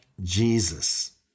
Jesus